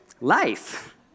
life